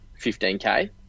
15k